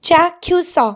ଚାକ୍ଷୁସ